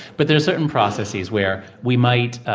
but there are certain processes where we might,